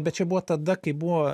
bet čia buvo tada kai buvo